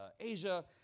Asia